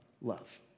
love